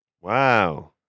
Wow